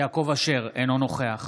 אינו נוכח